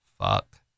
fuck